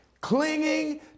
clinging